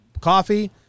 coffee